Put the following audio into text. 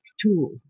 tool